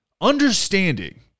understanding